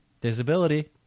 Disability